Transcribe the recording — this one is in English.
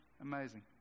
Amazing